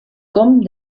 com